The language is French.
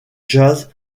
jazz